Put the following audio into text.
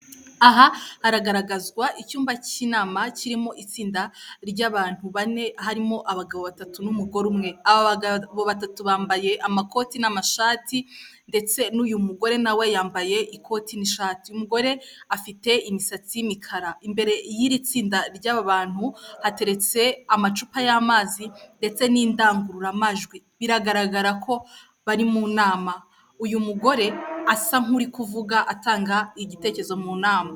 Aha haragaragazwa icyumba cy'inama kirimo itsinda ry'abantu bane harimo abagabo batatu n'umugore umwe. Aba bagabo batatu bambaye amakoti n'amashati, ndetse n'uyu mugore nawe yambaye ikoti n'ishati. Umugore afite imisatsi y'imikara. Imbere y'iri tsinda ry'aba bantu hateretse amacupa y'amazi ndetse n'indangururamajwi. Biragaragara ko bari mu nama. Uyu mugore asa nk'uri kuvuga atanga igitekerezo mu nama.